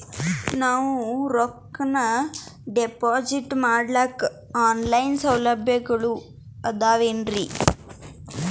ನಾವು ರೊಕ್ಕನಾ ಡಿಪಾಜಿಟ್ ಮಾಡ್ಲಿಕ್ಕ ಆನ್ ಲೈನ್ ಸೌಲಭ್ಯಗಳು ಆದಾವೇನ್ರಿ?